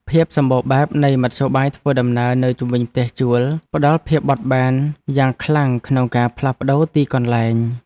ភាពសម្បូរបែបនៃមធ្យោបាយធ្វើដំណើរនៅជុំវិញផ្ទះជួលផ្តល់ភាពបត់បែនយ៉ាងខ្លាំងក្នុងការផ្លាស់ប្តូរទីកន្លែង។